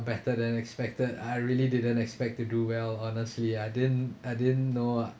better than expected I really didn't expect to do well honestly I didn't I didn't know ah